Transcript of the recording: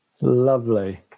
Lovely